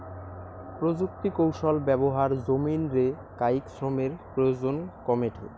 প্রযুক্তিকৌশল ব্যবহার জমিন রে কায়িক শ্রমের প্রয়োজন কমেঠে